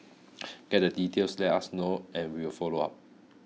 get the details let us know and we will follow up